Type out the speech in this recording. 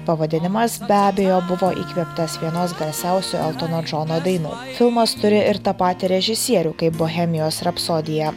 pavadinimas be abejo buvo įkvėptas vienos garsiausių eltono džono dainų filmas turi ir tą patį režisierių kaip bohemijos rapsodija